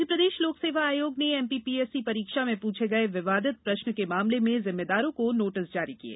मध्यप्रदेश लोकसेवा आयोग ने एमपीपीएससी परीक्षा में पूछे गये विवादित प्रश्न के मामले में जिम्मेदारों को नाटिस जारी किये